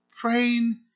praying